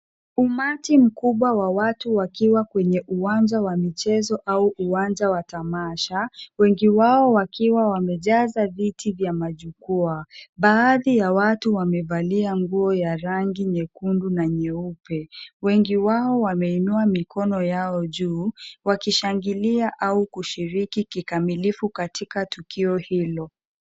Umati mkubwa wa watu wakiwa kwenye uwanja wa michezo au uwanja wa tamasha. Wengi wao wakiwa wamejaza viti vya majukwaa. Baadhi ya watu wamevalia nguo ya rangi nyekundu na nyeupe. Wengi wao wameinua mikono yao juu wakishangilia au kushiriki kikamilifu katika tukio hilo.